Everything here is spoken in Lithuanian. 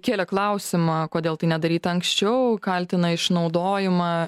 kėlė klausimą kodėl tai nedaryta anksčiau kaltina išnaudojimą